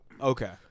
Okay